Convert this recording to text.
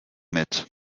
mit